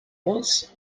was